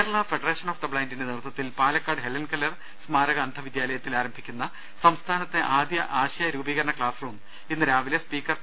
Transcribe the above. Kerala federation of the ബ്ലൈൻഡിന്റെ നേതൃത്വത്തിൽ Palakkad Helen Keller സ്മാരക അന്ധവിദ്യാലയത്തിൽ ആരംഭിക്കുന്ന സംസ്ഥാനത്തെ ആദ്യ ആശയ രൂപീകരണ ക്സാസ് റൂം ഇന്ന് രാവിലെ സ്പീക്കർ പി